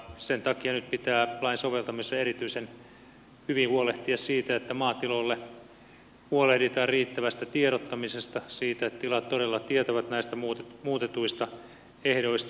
sen takia nyt pitää lain soveltamisessa erityisen hyvin huolehtia siitä että tiedotetaan riittävästi maatiloille että tilat todella tietävät näistä muutetuista ehdoista